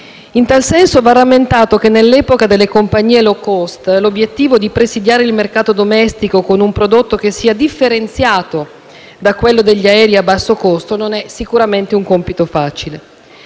In tal senso va rammentato che, nell'epoca delle compagnie *low cost*, l'obiettivo di presidiare il mercato domestico con un prodotto che sia differenziato da quello dei voli a basso costo non è sicuramente un compito facile,